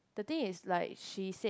the thing is like she said